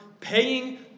paying